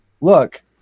look